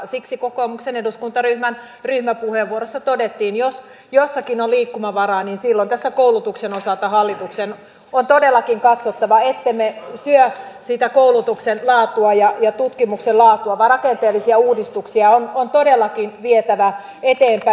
siksi kokoomuksen eduskuntaryhmän ryhmäpuheenvuorossa todettiin että jos jossakin on liikkumavaraa niin silloin tässä koulutuksen osalta hallituksen on todellakin katsottava ettemme syö sitä koulutuksen laatua ja tutkimuksen laatua vaan rakenteellisia uudistuksia on todellakin vietävä eteenpäin